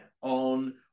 on